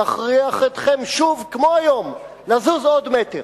נכריח אתכם שוב, כמו היום, לזוז עוד מטר.